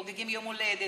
חוגגים יום הולדת,